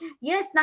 Yes